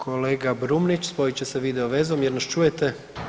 Kolega Brumnić, spojit će se video vezom jel nas čujete?